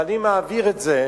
ואני מעביר את זה